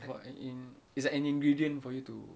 o~ and in it's an ingredient for you to